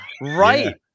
right